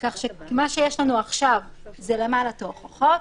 מה שיש לנו עכשיו זה ל- -- את ההוכחות,